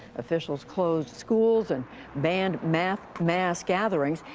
officials closed schools and banned mass mass gatherings,